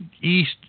East